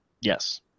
Yes